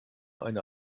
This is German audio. eine